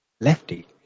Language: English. lefty